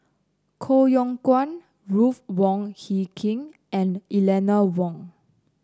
Koh Yong Guan Ruth Wong Hie King and Eleanor Wong